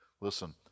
Listen